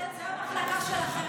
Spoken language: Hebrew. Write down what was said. זה המחלקה שלכם.